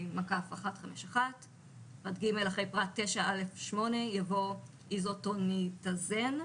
אחרי פרט 9א8 יבוא:151-SGT 9ב. איזוטוניטזןisotonitazene